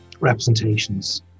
representations